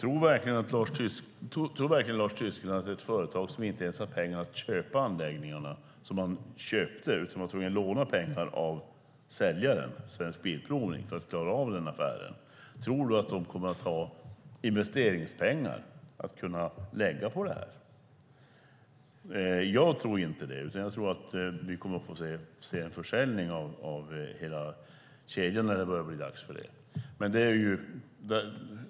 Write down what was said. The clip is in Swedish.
Tror verkligen Lars Tysklind att ett företag som inte ens har pengar att köpa de anläggningar man tog över - man var tvungen att låna pengar av säljaren, Svensk Bilprovning, för att klara av affären - kommer att ha investeringspengar att lägga på detta? Jag tror inte det. Jag tror att vi kommer att få se en försäljning av hela kedjan när det börjar bli dags för det.